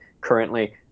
currently